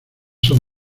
son